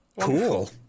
cool